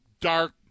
dark